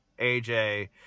AJ